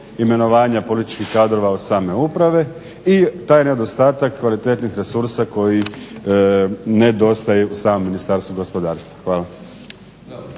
imenovanja političkih kadrova od same uprave i taj nedostatak kvalitetnih resursa koji nedostaju samom Ministarstvu gospodarstva. Hvala.